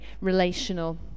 relational